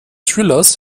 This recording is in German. thrillers